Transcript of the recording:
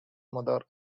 mother